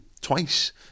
twice